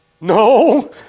No